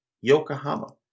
Yokohama